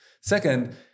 Second